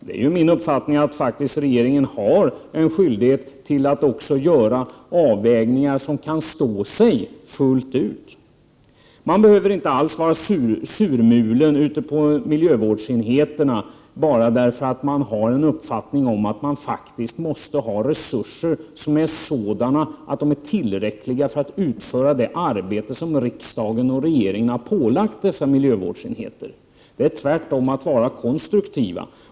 Det är min uppfattning att regeringen faktiskt har en skyldighet att också göra avvägningar som kan stå sig fullt ut. Man behöver inte alls vara surmulen ute på naturvårdsenheterna bara därför att man har uppfattningen att man faktiskt måste ha tillräckliga resurser för att kunna utföra det arbete som riksdagen och regeringen har ålagt naturvårdsenheterna. Tvärtom är det att vara konstruktiv.